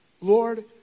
Lord